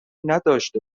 نداشته